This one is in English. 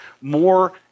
more